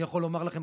אני יכול לומר לכם,